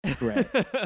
right